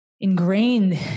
ingrained